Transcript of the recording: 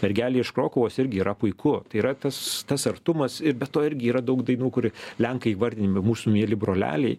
mergelė iš krokuvos irgi yra puiku tai yra tas tas artumas ir be to irgi yra daug dainų kur lenkai įvardinami mūsų mieli broleliai